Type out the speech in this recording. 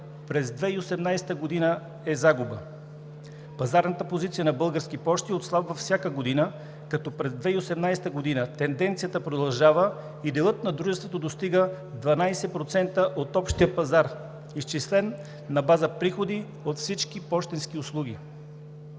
през 2018 г. е загуба. Пазарната позиция на Български пощи отслабва с всяка година, като през 2018 г. тенденцията продължава и делът на дружеството достига 12% от общия пазар, изчислен на база приходи от всички пощенски услуги.